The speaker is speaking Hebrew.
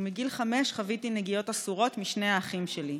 ומגיל חמש חוויתי נגיעות אסורות משני האחים שלי.